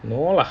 no lah